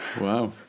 Wow